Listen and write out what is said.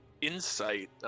Insight